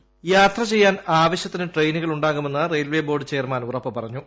voice യാത്ര ചെയ്യാൻ ആവശ്യത്തിന് ട്രെയിനുകൾ ഉണ്ടാകുമെന്ന് റെയിൽവെ ബോർഡ് ചെയർമാൻ ഉറപ്പ് പറഞ്ഞു